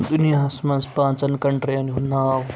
دُنیاہَس منٛز پانٛژن کنٹرین ہُنٛد ناو